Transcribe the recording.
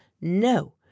no